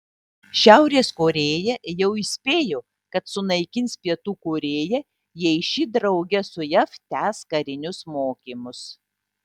šiaurės korėja jau įspėjo kad sunaikins pietų korėją jei ši drauge su jav tęs karinius mokymus